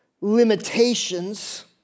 Limitations